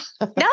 No